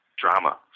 drama